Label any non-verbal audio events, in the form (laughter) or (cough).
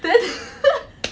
then (laughs)